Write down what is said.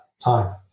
time